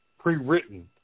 prewritten